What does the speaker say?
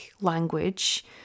language